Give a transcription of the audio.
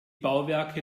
bauwerke